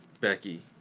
Becky